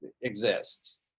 exists